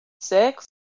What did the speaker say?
Six